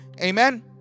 Amen